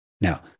Now